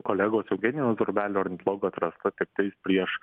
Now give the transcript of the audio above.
kolegos eugenijaus drobelio ornitologo atrasta tiktais prieš